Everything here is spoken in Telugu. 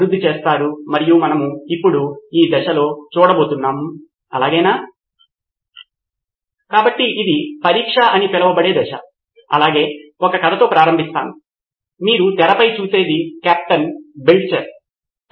సిద్ధార్థ్ మాతురి తరగతి ప్రతినిధిని మధ్యలో తీసుకురావడానికి బదులుగా విద్యార్థులు తమ రిపోజిటరీని నేరుగా సొంతంగా పొందగల రిపోజిటరీలోకి ప్రవేశించే మార్గం ప్రతి విద్యార్థికి వారి సమాచారం పొందగలిగే ఇబ్బంది తక్కువగా ఉంటుంది